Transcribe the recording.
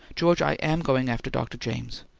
george, i am going after dr. james.